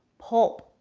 pulp,